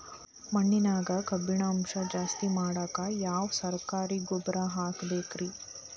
ಮಣ್ಣಿನ್ಯಾಗ ಕಬ್ಬಿಣಾಂಶ ಜಾಸ್ತಿ ಮಾಡಾಕ ಯಾವ ಸರಕಾರಿ ಗೊಬ್ಬರ ಹಾಕಬೇಕು ರಿ?